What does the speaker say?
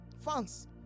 Fans